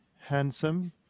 handsome